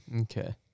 okay